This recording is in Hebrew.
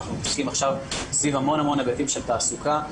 אנחנו מתעסקים עכשיו סביב המון היבטים של תעסוקה.